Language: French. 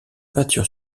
peinture